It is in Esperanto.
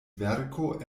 verko